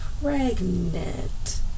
pregnant